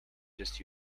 just